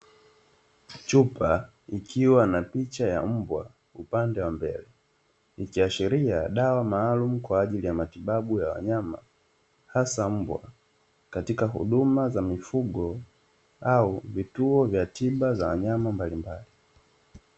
Chupa ikiwa na picha ya mbwa upande wa mbele ikiashiria dawa maalum kwaajili ya matibabu ya wanyama hasa mbwa katika huduma za mifugo au vituo vya tiba vya wanyama mbalimbali.